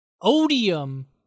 odium